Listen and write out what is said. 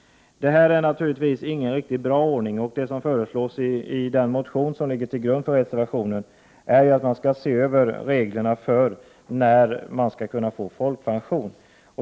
Det här är naturligtvis ingen riktigt bra ordning. Det föreslås i den motion som ligger till grund för reservationen att vi skall se över reglerna för när man skall kunna få folkpension.